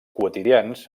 quotidians